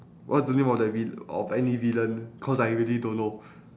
what's the name of that vil~ of any villain cause I really don't know